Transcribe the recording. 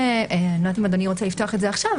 אני לא יודעת אם אדוני רוצה לפתוח את זה עכשיו,